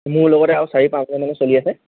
মোৰ লগতে আৰু চাৰি পাঁচ ঘৰ মানুহ চলি আছে